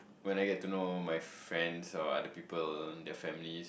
when I get to know my friends or other people their families